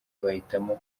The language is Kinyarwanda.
bahitamo